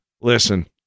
Listen